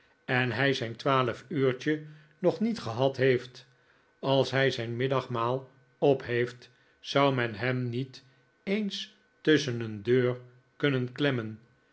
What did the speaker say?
en hij zijn twaalfuurtje nog niet gehad heeft als hij zijn middagmaal opheeft zou men hem niet eens tusschen een deur kunnen klemmen